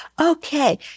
Okay